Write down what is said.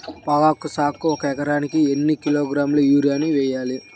పొగాకు సాగుకు ఒక ఎకరానికి ఎన్ని కిలోగ్రాముల యూరియా వేయాలి?